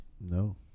no